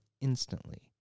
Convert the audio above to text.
instantly